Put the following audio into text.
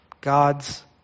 God's